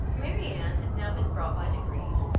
marianne had now been brought by degrees,